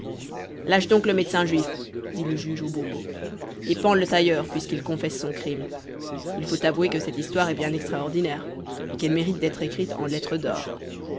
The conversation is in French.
lâche donc le médecin juif dit le juge au bourreau et pends le tailleur puisqu'il confesse son crime il faut avouer que cette histoire est bien extraordinaire et qu'elle mérite d'être écrite en lettres d'or